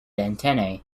antennae